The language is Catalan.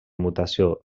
mutació